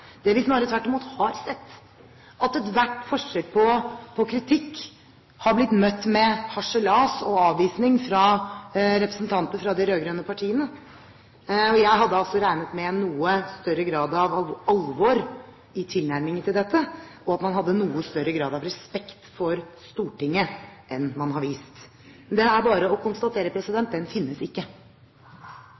Det vi snarere har sett, er at ethvert forsøk på kritikk har blitt møtt med harselas og avvisning fra representanter fra de rød-grønne partiene. Jeg hadde regnet med noe større grad av alvor i tilnærmingen til dette, og at man hadde noe større grad av respekt for Stortinget enn man har vist. Men det er bare å konstatere: Den finnes ikke.